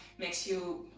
makes you,